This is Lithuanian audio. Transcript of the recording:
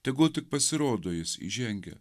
tegul tik pasirodo jis įžengia